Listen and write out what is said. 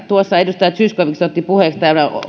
tuossa edustaja zyskowicz otti puheeksi